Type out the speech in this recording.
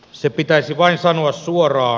se pitäisi vain sanoa suoraan